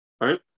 right